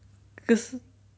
cause